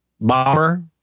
Bomber